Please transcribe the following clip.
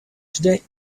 today